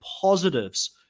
positives